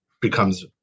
becomes